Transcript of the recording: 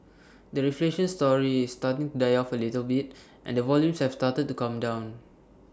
the reflation story is starting die off A little bit and the volumes have started to come down